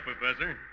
Professor